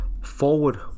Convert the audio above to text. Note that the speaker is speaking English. Forward